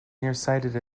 nearsighted